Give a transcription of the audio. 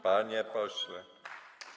Panie pośle.